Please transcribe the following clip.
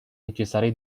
necesare